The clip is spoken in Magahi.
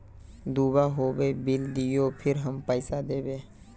दूबा होबे बिल दियो फिर हम पैसा देबे?